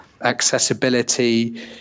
accessibility